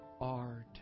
art